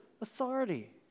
authority